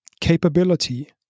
capability